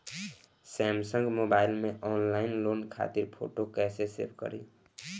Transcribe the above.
Samsung mobile में online loan खातिर photo कैसे सेभ करीं?